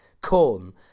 corn